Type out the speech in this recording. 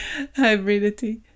Hybridity